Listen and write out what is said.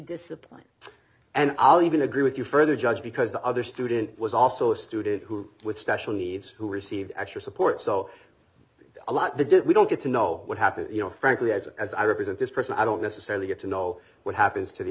discipline and i'll even agree with you further judge because the other student was also a student who with special needs who received extra support so a lot of the did we don't get to know what happened you know frankly as a as i represent this person i don't necessarily get to know what happens to the